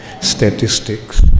statistics